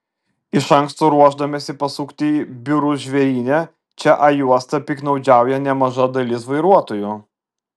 iš anksto ruošdamiesi pasukti į biurus žvėryne čia a juosta piktnaudžiauja nemaža dalis vairuotojų